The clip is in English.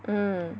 mm